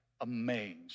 amazed